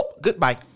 Goodbye